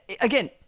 Again